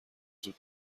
زود